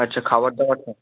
আচ্ছা খাবার দাবার হ্যাঁ